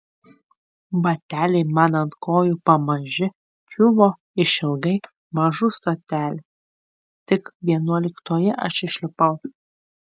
bateliai man ant kojų pamaži džiūvo išilgai mažų stotelių tik vienuoliktoje aš išlipau